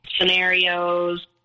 scenarios